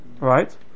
right